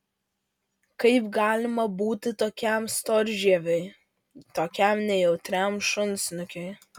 kaip galima būti tokiam storžieviui tokiam nejautriam šunsnukiui